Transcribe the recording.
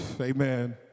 Amen